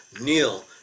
neil